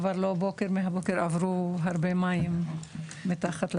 כבר לא בוקר, מהבוקר עברו הרבה מים מתחת לשמיים.